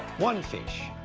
one fish,